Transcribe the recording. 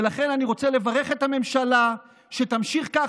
ולכן אני רוצה לברך את הממשלה שתמשיך כך.